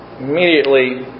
Immediately